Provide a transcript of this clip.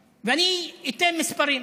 אני אתן מספרים.